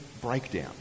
breakdown